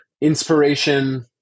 inspiration